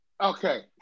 Okay